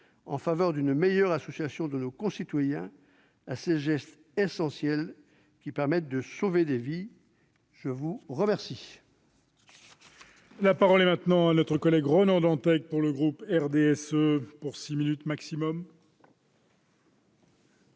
en faveur d'une meilleure formation de nos concitoyens à ces gestes essentiels, qui permettent de sauver des vies. La parole